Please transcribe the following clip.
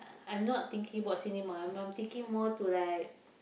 I'm not thinking about cinema I'm I'm thinking more to like